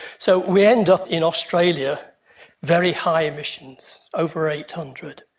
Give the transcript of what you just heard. so we end up in australia very high emissions, over eight hundred.